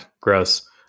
gross